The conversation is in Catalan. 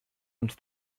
uns